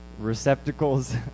receptacles